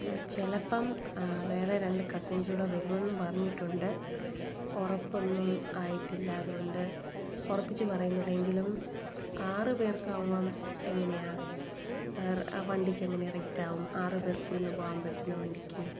ആ ചിലപ്പം വേറെ രണ്ട് കസിൻസ് കൂടെ വരുമെന്ന് പറഞ്ഞിട്ടുണ്ട് ഉറപ്പൊന്നും ആയിട്ടില്ല അതുകൊണ്ട് ഉറപ്പിച്ച് പറയുന്നില്ല എങ്കിലും ആറ് പേർക്ക് ആവാം എങ്ങനെയാണ് വേറെ വണ്ടിക്ക് എങ്ങനെ റേറ്റാവും ആറ് പേര് ഇരുന്ന് പോകാൻ പറ്റുന്ന വണ്ടിക്ക്